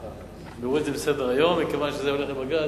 להוריד את זה מסדר-היום מכיוון שזה הולך לבג"ץ,